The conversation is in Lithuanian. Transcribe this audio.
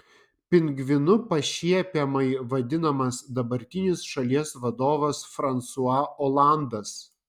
pingvinu pašiepiamai vadinamas dabartinis šalies vadovas fransua olandas